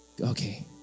okay